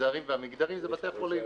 המגזרים והמגדרים זה בתי חולים.